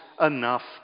enough